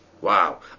Wow